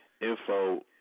info